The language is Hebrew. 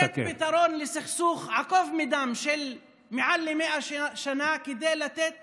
לתת פתרון לסכסוך עקוב מדם של מעל מאה שנה כדי לתת